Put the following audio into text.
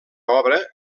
obra